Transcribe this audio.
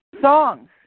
songs